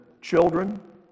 children